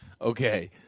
Okay